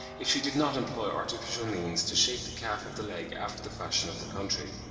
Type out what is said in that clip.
if she did not employ artificial means to shape the calf of the leg after the fashion of the country.